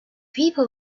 people